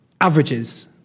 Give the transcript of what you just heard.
averages